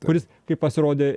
kuris kaip pasirodė